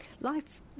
life